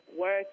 work